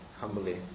humbly